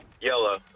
Yellow